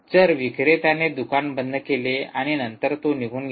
जर विक्रेत्याने दुकान बंद केले आणि नंतर तो निघून गेला